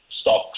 stocks